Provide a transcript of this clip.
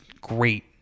great